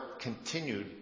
continued